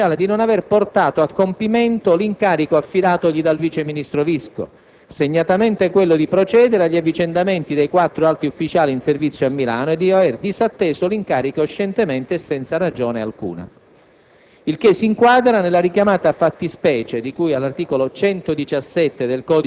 In altri termini, il Ministro dell'Economia ha accusato specificatamente il generale Speciale di non avere portato a compimento l'incarico affidatogli dal vice ministro Visco, segnatamente quello di procedere agli avvicendamenti dei quattro alti ufficiali in servizio a Milano; e di aver disatteso l'incarico scientemente e senza ragione alcuna.